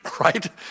right